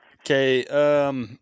Okay